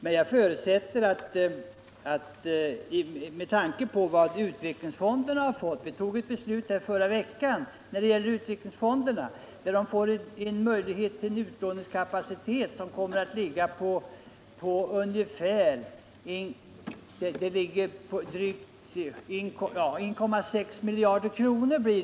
Vi fattade ett beslut förra veckan varigenom utvecklingsfondernas utlåningskapacitet kommer att ligga vid ungefär 1,6 miljarder kronor.